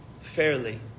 fairly